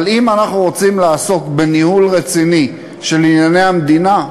אבל אם אנחנו רוצים לעסוק בניהול רציני של ענייני המדינה,